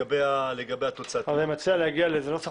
אני מציע להגיע לזה.